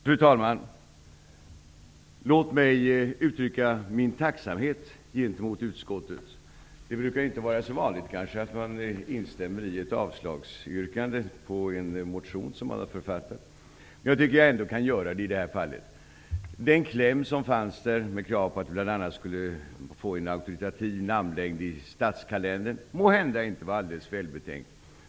Fru talman! Låt mig uttrycka min tacksamhet gentemot utskottet. Det är kanske inte så vanligt att man instämmer i ett avslagsyrkande på en motion som man själv har författat, men jag tycker att jag kan göra det i det här fallet. Kravet i klämmen på motionen -- att vi skulle få en auktoritativ namnlängd i statskalendern -- var måhända inte alldeles välbetänkt.